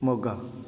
Moga